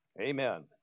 Amen